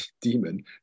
demon